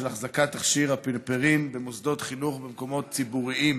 החזקת תכשיר אפינפרין במוסדות חינוך ובמקומות ציבוריים.